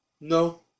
No